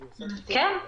כן.